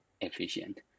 efficient